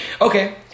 okay